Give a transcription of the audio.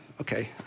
okay